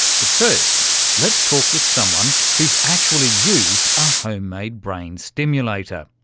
but first let's talk with someone who's actually used a home-made brain stimulator.